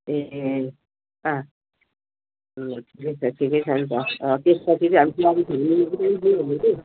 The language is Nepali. ए अँ अँ ठिकै छ ठिकै छ नि त अँ त्यसपछि चाहिँ हामी